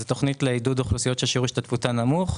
זאת תוכנית לעידוד אוכלוסיות ששיעור השתתפותן נמוך,